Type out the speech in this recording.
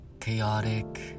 chaotic